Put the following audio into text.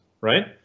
right